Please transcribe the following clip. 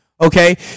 okay